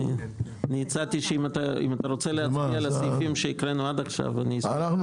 תרצה להצביע על הסעיפים שהקראנו עד כה אשמח.